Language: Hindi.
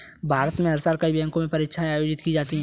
भारत में हर साल कई बैंक परीक्षाएं आयोजित की जाती हैं